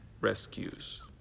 rescues